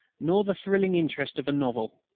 nor the thrilling interest of a novel.